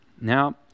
Now